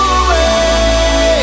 away